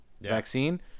vaccine